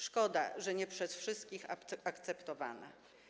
Szkoda, że nie przez wszystkich akceptowana.